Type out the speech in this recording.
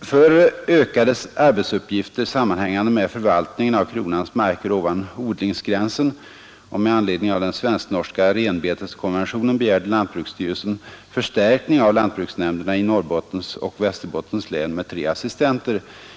För ökade arbetsuppgifter sammanhängande med förvaltningen av kronans marker ovan odlingsgränsen och med anledning av den svensknorska renbeteskonventionen begärde lantbruksstyrelsen förstärkning av lantbruksnämnderna i Norrbottens och Västerbottens län med 3 assistenter.